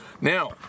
Now